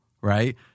right